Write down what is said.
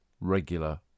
regular